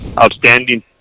outstanding